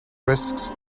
risks